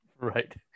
Right